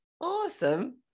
Awesome